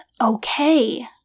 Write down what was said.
okay